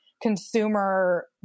consumer